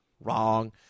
Wrong